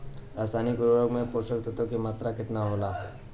रसायनिक उर्वरक मे पोषक तत्व के मात्रा केतना होला?